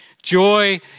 Joy